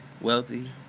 wealthy